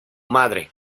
madre